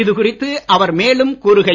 இது குறித்து அவர் மேலும் கூறுகையில்